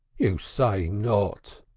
you say not!